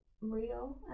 real